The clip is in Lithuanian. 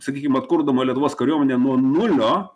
sakykim atkurdama lietuvos kariuomenę nuo nulio